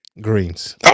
Greens